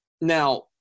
Now